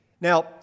Now